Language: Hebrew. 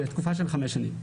לתקופה של חמש שנים.